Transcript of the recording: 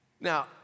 Now